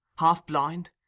half-blind